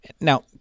Now